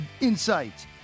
insights